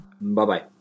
Bye-bye